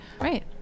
right